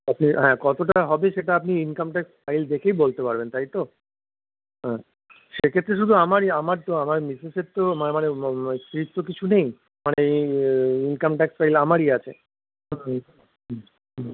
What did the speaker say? আপনি হ্যাঁ কতটা হবে সেটা আপনি ইনকাম ট্যাক্স ফাইল দেখেই বলতে পারবেন তাই তো হ্যাঁ সে ক্ষেত্রে শুধু আমারই আমার আমার মিসেসের তো মানে স্ত্রীর তো কিছু নেই মানে ইনকাম ট্যাক্স ফাইল আমারই আছে হুম হুম হুম